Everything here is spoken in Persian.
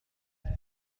قطار